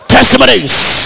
Testimonies